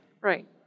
Right